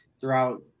throughout